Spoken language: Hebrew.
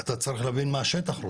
אתה צריך להבין מה השטח רוצה,